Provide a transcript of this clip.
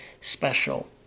special